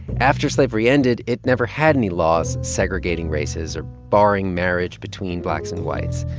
after slavery ended, it never had any laws segregating races or barring marriage between blacks and whites.